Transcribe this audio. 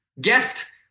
guest